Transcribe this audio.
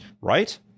right